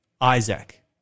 Isaac